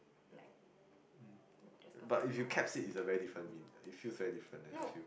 like just cause it's lol no